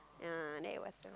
ya then it was the